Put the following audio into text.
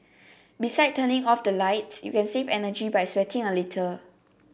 besides turning off the lights you can save energy by sweating a little